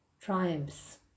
triumphs